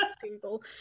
Google